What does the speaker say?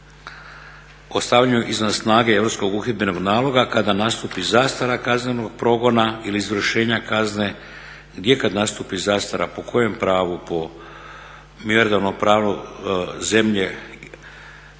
o stavljanju iznad snage Europskog uhidbenog naloga kada nastupi zastara kaznenog progona ili izvršenja kazne gdje kad nastupi zastara, po kojem pravu, po mjerodavnom pravu zemlje